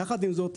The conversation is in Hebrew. יחד עם זאת,